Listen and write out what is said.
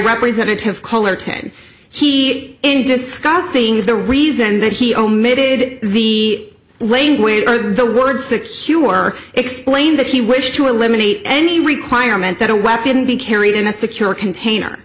representative color ten he in discussing the reason that he omitted the language or the word secure explained that he wished to eliminate any week wire meant that a weapon be carried in a secure container